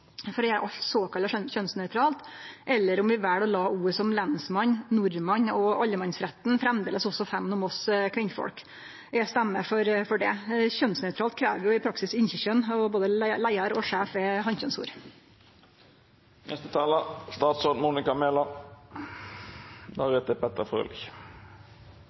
for å gjere alt såkalla kjønnsnøytralt, eller om vi vel å la ord som «lensmann», «nordmann» og «allemannsretten» framleis femne også oss kvinnfolk. Eg stemmer for det. Kjønnsnøytralt krev jo i praksis inkjekjønn, og både «leiar» og «sjef» er